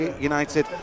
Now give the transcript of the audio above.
United